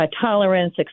tolerance